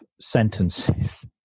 sentences